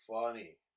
funny